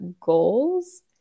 goals